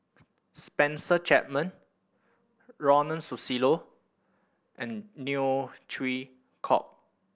Spencer Chapman Ronald Susilo and Neo Chwee Kok